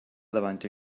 davanti